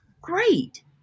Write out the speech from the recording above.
Great